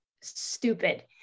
stupid